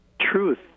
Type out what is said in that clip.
truth